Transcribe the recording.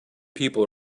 people